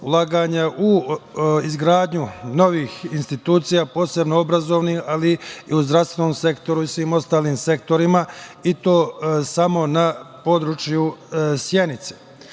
ulaganja u izgradnju novih institucija, posebno obrazovnih, ali u zdravstveni sektor i svim ostalim sektorima i to samo na području Sjenice. Naravno,